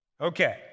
Okay